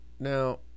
Now